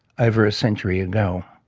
over a century ago.